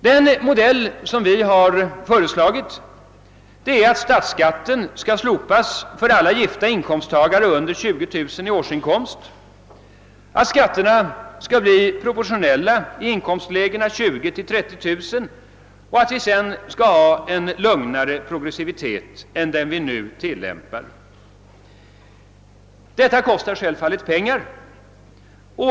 Den modell som vi har föreslagit är att skatterna skall bli proportionella i inkomstlägena 20 000—30 000 kronor och att vi sedan skall ha en lugnare progressivitet än den vi nu tillämpar. Detta kostar självfallet pengar.